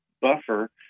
buffer